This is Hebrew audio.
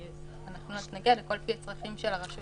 אנחנו נגיע לכול לפי הצרכים של הרשות.